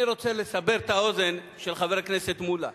אני רוצה לסבר את האוזן של חבר הכנסת מולה: